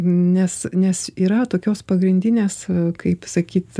nes nes yra tokios pagrindinės kaip sakyt